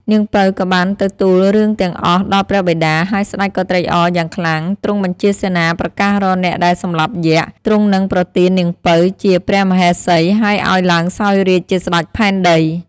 នាងពៅ ក៏បានទៅទូលរឿងទាំងអស់ដល់ព្រះបិតា ហើយស្តេចក៏ត្រេកអរយ៉ាងខ្លាំង ទ្រង់បញ្ជាសេនាប្រកាសរកអ្នកដែលសម្លាប់យក្ខ ទ្រង់នឹងប្រទាននាងពៅ ជាព្រះមហេសី ហើយឱ្យឡើងសោយរាជ្យជាស្តេចផែនដី។។